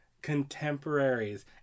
Contemporaries